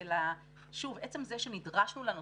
אלא שוב, עצם זה שנדרשנו לנושא,